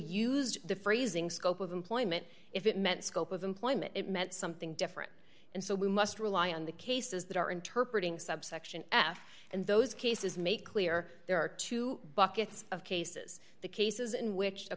used the phrasing scope of employment if it meant scope of employment it meant something different and so we must rely on the cases that are interpreted subsection f and those cases make clear there are two buckets of cases the cases in which a